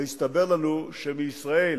ויסתבר לנו שבישראל